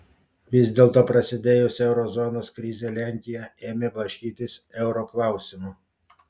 vis dėlto prasidėjus euro zonos krizei lenkija ėmė blaškytis euro klausimu